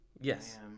yes